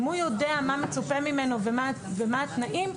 אם הוא יודע מה מצופה ממנו ומה התנאים,